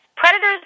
Predators